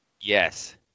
Yes